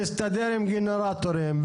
נסתדר עם גנרטורים.